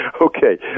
Okay